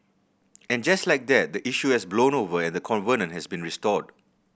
and just like that the issue has blown over and the covenant has been restored